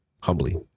Humbly